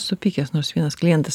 supykęs nors vienas klientas